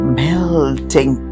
melting